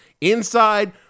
Inside